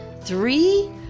three